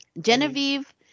Genevieve